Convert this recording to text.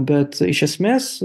bet iš esmės